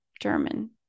German